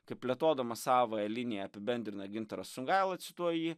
kaip plėtodamas savąją liniją apibendrina gintaras songaila cituoju jį